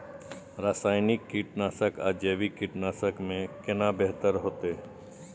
रसायनिक कीटनासक आ जैविक कीटनासक में केना बेहतर होतै?